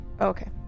okay